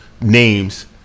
names